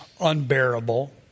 unbearable